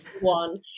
One